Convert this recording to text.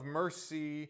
mercy